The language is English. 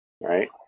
right